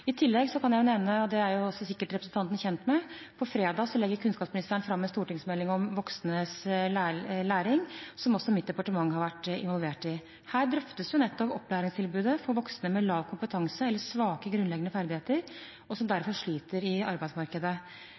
I tillegg kan jeg nevne – og det er sikkert også representanten kjent med – at på fredag legger kunnskapsministeren fram en stortingsmelding om voksnes læring, som også mitt departement har vært involvert i. Her drøftes nettopp opplæringstilbudet for voksne med lav kompetanse eller svake grunnleggende ferdigheter, som derfor sliter i arbeidsmarkedet.